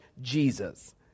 Jesus